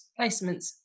placements